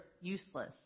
useless